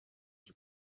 que